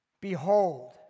Behold